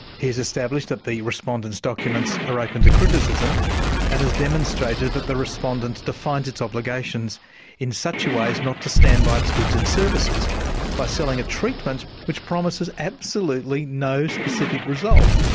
he has established that the respondent's documents are open to criticism and has demonstrated that the respondent defined its obligations in such a way as not to stand by its goods and services by selling a treatment which promises absolutely no specific result.